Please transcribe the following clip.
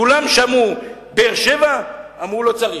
כולם שמעו באר-שבע, אמרו: לא צריך.